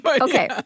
Okay